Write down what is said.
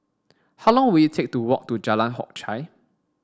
how long will it take to walk to Jalan Hock Chye